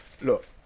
Look